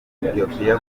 ethiopie